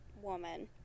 woman